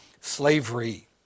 slavery